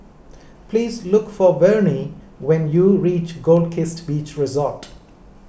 please look for Vernie when you reach Goldkist Beach Resort